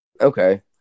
Okay